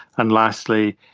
and lastly,